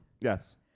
Yes